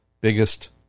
biggest